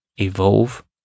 Evolve